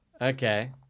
Okay